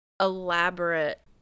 elaborate